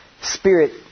Spirit